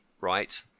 right